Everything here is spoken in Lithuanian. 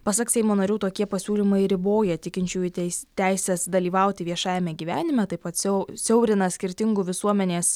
pasak seimo narių tokie pasiūlymai riboja tikinčiųjų teis teises dalyvauti viešajame gyvenime taip pat siau siaurina skirtingų visuomenės